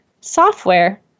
software